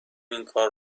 اینکار